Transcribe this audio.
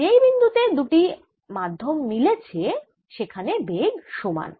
যেই বিন্দু তে দুটি মাধ্যম মিলছে সেখানে বেগ সমান